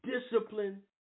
discipline